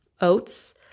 oats